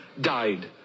died